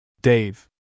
Dave